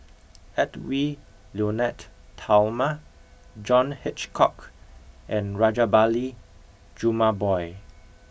Edwy Lyonet Talma John Hitchcock and Rajabali Jumabhoy